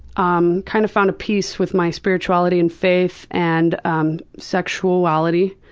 um kind of found a peace with my spirituality and faith and um sexuality.